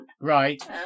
Right